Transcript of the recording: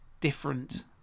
different